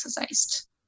exercised